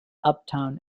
uptown